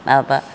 माबा